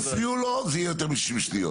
תפריעו לו זה יהיה יותר מ-60 שניות.